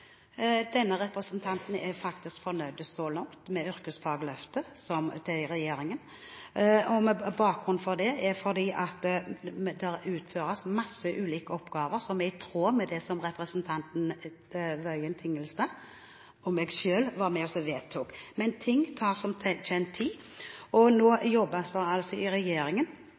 Denne representanten er faktisk fornøyd så langt med yrkesfagløftet til regjeringen. Bakgrunnen for det er at det utføres mange ulike oppgaver som er i tråd med det som representanten Tingelstad Wøien og jeg selv var med og vedtok. Men ting tar som kjent tid, og nå jobbes det altså i regjeringen